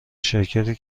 شرکتی